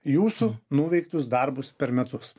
jūsų nuveiktus darbus per metus